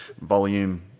volume